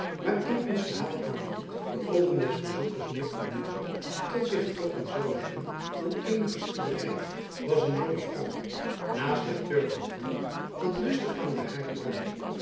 waarin ons verhaal aanvangt de oogen des bezoekers meer onmiddelijk tot zich getrokken zoû hebben dan eenige schildery was een jonge vrouw naast het turvenvuur dat lustig jacob van lennep elizabeth musch aan den haard brandde